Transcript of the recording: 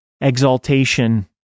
exaltation